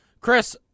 Chris